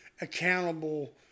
accountable